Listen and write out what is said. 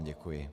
Děkuji.